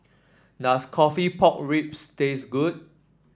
does coffee Pork Ribs taste good